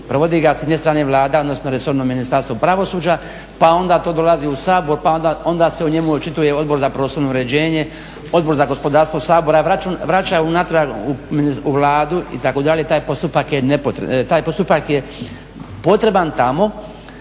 Provodi ga s jedne strane Vlada, odnosno resorno Ministarstvo pravosuđa, pa onda to dolazi u Sabor, pa onda se o njemu očituje Odbor za prostorno uređenje, Odbor za gospodarstvo Sabora, vraća se natrag u Vladu itd. Taj postupak je potreban tamo